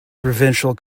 provincial